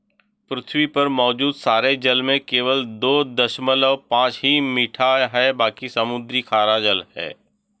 पृथ्वी पर मौजूद सारे जल में केवल दो दशमलव पांच ही मीठा है बाकी समुद्री खारा जल है